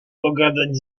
pogadać